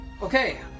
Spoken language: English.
Okay